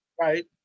right